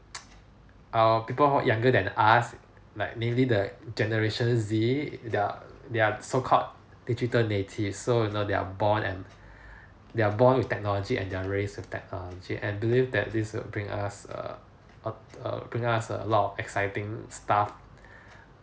uh people who younger than us like mainly the generation Z they are they are so called digital native so you know they are born and they are born with technology and they are raised with technology and I believe that this will bring us err uh bring us a lot of exciting stuff